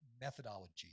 methodology